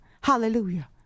hallelujah